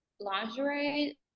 lingerie